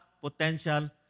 potential